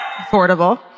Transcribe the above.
Affordable